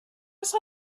saw